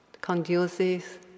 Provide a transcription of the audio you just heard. conduces